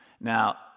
Now